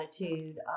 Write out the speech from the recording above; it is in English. attitude